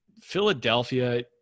Philadelphia